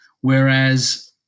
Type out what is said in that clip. Whereas